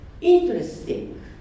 Interesting